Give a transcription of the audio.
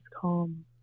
calm